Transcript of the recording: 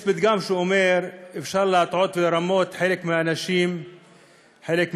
יש פתגם שאומר שאפשר להטעות ולרמות חלק מהאנשים חלק מהזמן,